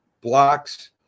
blocks